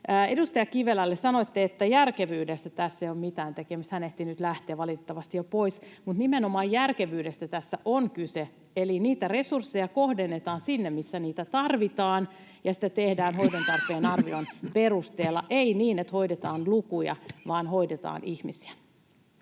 edustaja Kivelälle: Sanoitte, että järkevyyden kanssa tällä ei ole mitään tekemistä — hän ehti nyt lähteä valitettavasti jo pois — mutta nimenomaan järkevyydestä tässä on kyse. Eli niitä resursseja kohdennetaan sinne, missä niitä tarvitaan, ja sitä tehdään hoidon tarpeen arvion perusteella, ei niin, että hoidetaan lukuja, vaan hoidetaan ihmisiä.